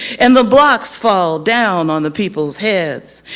and the blocks fall down on the people's heads,